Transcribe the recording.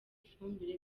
ifumbire